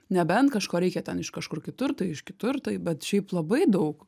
nebent kažko reikia ten iš kažkur kitur tai iš kitur tai bet šiaip labai daug